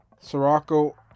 Sirocco